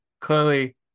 Clearly